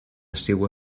seua